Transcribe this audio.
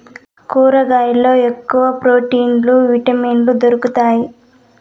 కూరగాయల్లో ఎక్కువ ప్రోటీన్లు విటమిన్లు దొరుకుతాయి